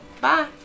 Bye